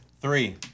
Three